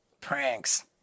pranks